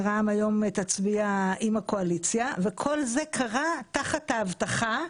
רע"מ היום תצביע עם הקואליציה וכל זה קרה תחת ההבטחה,